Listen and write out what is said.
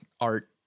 art